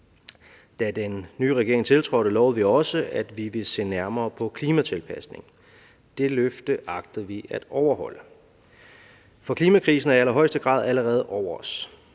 Da den nye regering tiltrådte, lovede vi også, at vi ville se nærmere på klimatilpasningen. Det løfte agter vi at overholde, for klimakrisen er i allerhøjeste grad allerede over os.